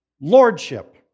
Lordship